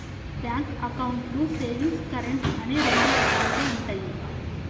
bank అకౌంట్లు savings, current అని రెండు రకాలుగా ఉంటయి